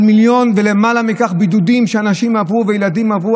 על מיליון ולמעלה מכך בידודים שאנשים עברו וילדים עברו,